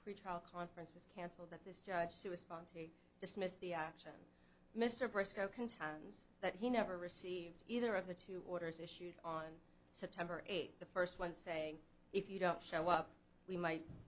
pretrial conference was cancelled that this judge who was found to be dismissed the action mr bristow contends that he never received either of the two orders issued on september eighth the first one saying if you don't show up we might